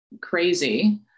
crazy